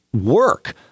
work